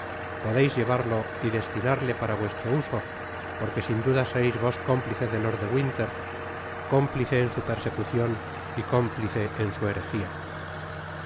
podeis llevarlo y des unarle para vuestro uso porque sin duda sereis vos cómplice de lord de winter cómplice en su persecucion y cómplice en su